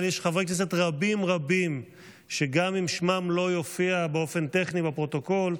אבל יש חברי כנסת רבים רבים שגם אם שמם לא יופיע באופן טכני בפרוטוקול,